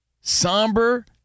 somber